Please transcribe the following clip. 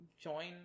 join